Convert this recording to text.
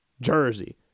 jersey